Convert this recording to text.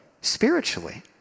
spiritually